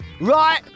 right